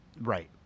Right